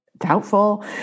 doubtful